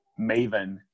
maven